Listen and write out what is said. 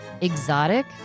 exotic